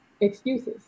excuses